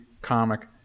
Comic